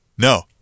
No